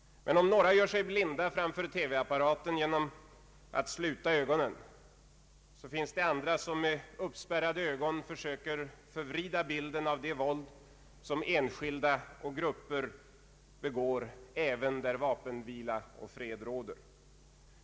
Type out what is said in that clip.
Men om några gör sig blinda framför TV-apparaten genom att sluta ögonen, så finns det andra som med uppspärrade ögon söker förvrida bilden av det våld som enskilda och grupper begår även där vapenvila och fred råder.